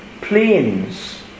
planes